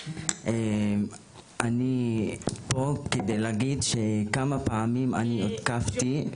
אני פה כדי להגיד שכמה פעמים אני הותקפתי,